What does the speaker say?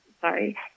sorry